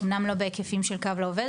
אמנם לא בהיקפים של קו לעובד,